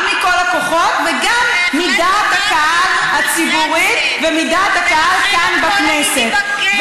גם מכל הכוחות וגם מדעת הקהל הציבורית ומדעת הקהל כאן בכנסת.